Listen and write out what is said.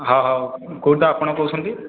ହଁ ହଁ କେଉଁଠୁ ଆପଣ କହୁଛନ୍ତି